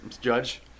judge